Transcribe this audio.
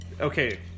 Okay